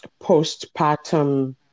postpartum